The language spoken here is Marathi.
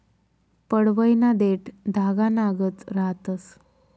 पडवयना देठं धागानागत रहातंस